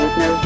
no